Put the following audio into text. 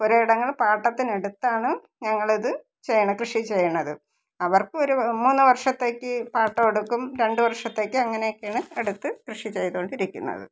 പുരയിടങ്ങൾ പാട്ടത്തിനെടുത്താണ് ഞങ്ങളിത് ചെയ്യണത് കൃഷി ചെയ്യണത് അവർക്ക് ഒരു മൂന്ന് വർഷത്തേയ്ക്ക് പാട്ടം എടുക്കും രണ്ട് വർഷത്തേയ്ക്ക് അങ്ങനെയൊക്കെയാണ് എടുത്ത് കൃഷി ചെയ്തോണ്ടിരിക്കുന്നത്